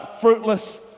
Fruitless